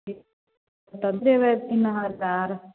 ठीक तऽ अपनेमे सुननहार कार